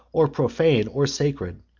or profane or sacred,